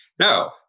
No